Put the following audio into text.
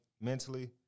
mentally